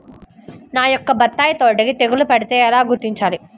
నా యొక్క బత్తాయి తోటకి తెగులు పడితే ఎలా గుర్తించాలి?